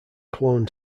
cloned